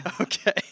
okay